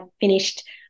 finished